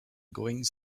goings